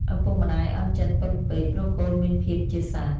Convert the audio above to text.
ឪពុកម្ដាយអន់ចិត្ដពន់ពេក ព្រោះកូនមានភាពជាសត្វ ។